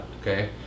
Okay